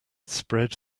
spread